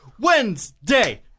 Wednesday